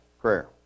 prayer